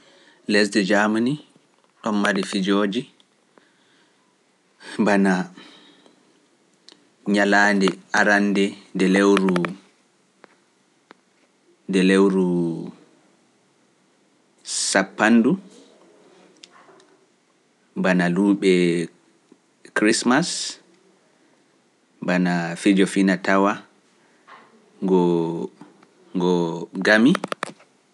Lesdi jaamani, ɗon mari pijooji, bana ñalaande arannde nde lewru, nde lewru sappanndu bana luuɓe christmas bana fijo fina-tawa ngo - ngo gami